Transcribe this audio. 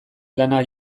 lana